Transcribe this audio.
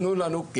בה'